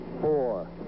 four